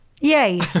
Yay